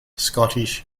scottish